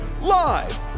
Live